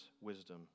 wisdom